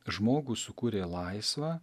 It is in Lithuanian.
žmogų sukūrė laisvą